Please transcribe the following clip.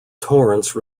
torrance